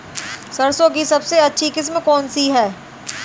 सरसों की सबसे अच्छी किस्म कौन सी है?